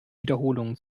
wiederholungen